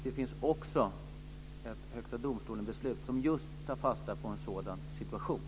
Det finns också ett beslut i Högsta domstolen som tar fasta på en sådan situation.